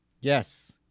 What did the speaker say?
yes